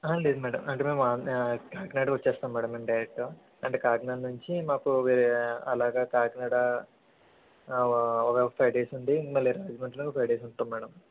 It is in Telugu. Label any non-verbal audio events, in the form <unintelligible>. లేదు మ్యాడం అందుకే మేము <unintelligible> ఆ కాకినాడ వచ్చేస్తాం మ్యాడం మేం డైరెక్టు అంటే కాకినాడ నుంచి మాకు వేరే అలాగా కాకినాడ వ ఒక ఫైవ్ డేస్ ఉండి మళ్ళీ రాజమండ్రిలో ఒక ఫైవ్ డేస్ ఉంటాం మ్యాడం